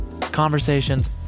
conversations